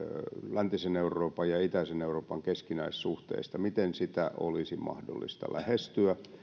läntisen euroopan ja itäisen euroopan keskinäisistä suhteista olisi mahdollista lähestyä